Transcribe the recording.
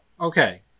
Okay